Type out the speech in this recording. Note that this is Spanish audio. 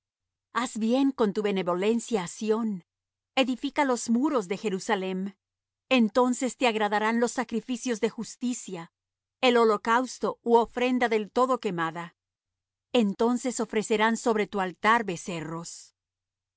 haz bien con tu benevolencia á sión edifica los muros de jerusalem entonces te agradarán los sacrificios de justicia el holocausto ú ofrenda del todo quemada entonces ofrecerán sobre tu altar becerros al